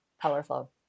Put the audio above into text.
powerful